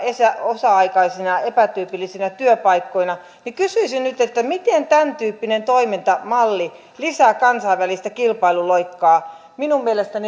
osa aikaisina epätyypillisinä työpaikkoina kysyisin nyt miten tämäntyyppinen toimintamalli lisää kansainvälistä kilpailuloikkaa minun mielestäni